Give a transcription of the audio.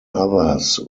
others